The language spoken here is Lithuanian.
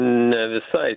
ne visai